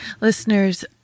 Listeners